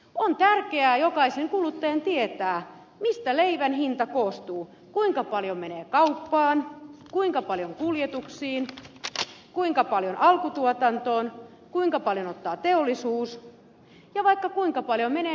on tärkeää jokaisen kuluttajan tietää mistä leivän hinta koostuu kuinka paljon menee kauppaan kuinka paljon kuljetuksiin kuinka paljon alkutuotantoon kuinka paljon ottaa teollisuus ja vaikka kuinka paljon menee mainostamiseen